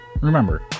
Remember